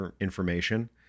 information